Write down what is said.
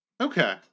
Okay